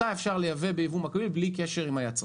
אותה אפשר לייבא ביבוא מקביל בלי קשר עם היצרן.